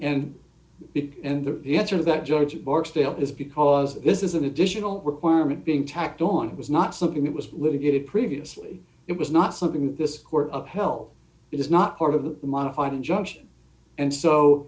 and and the answer that judge barksdale is because this is an additional requirement being tacked on it was not something that was litigated previously it was not something that this court upheld it is not part of the modified injunction and so